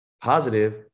positive